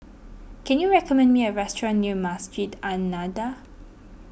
can you recommend me a restaurant near Masjid An Nahdhah